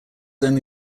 only